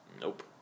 Nope